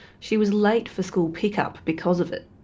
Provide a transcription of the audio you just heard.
she was late for school pick up because of it.